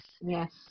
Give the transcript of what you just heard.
yes